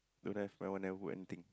don't have my one never put anything